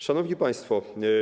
Szanowni Państwo!